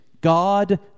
God